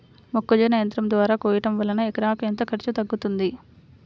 మొక్కజొన్న యంత్రం ద్వారా కోయటం వలన ఎకరాకు ఎంత ఖర్చు తగ్గుతుంది?